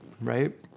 right